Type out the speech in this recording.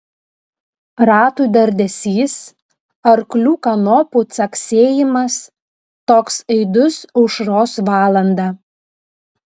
ratų dardesys arklių kanopų caksėjimas toks aidus aušros valandą